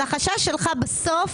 החשש שלך בסוף